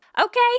Okay